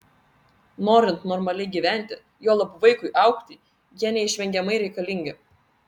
norint normaliai gyventi juolab vaikui augti jie neišvengiamai reikalingi